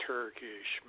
Turkish